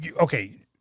okay